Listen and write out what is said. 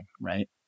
right